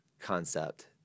concept